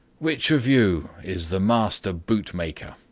which of you is the master bootmaker?